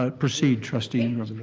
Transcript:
ah proceed trustee ingram.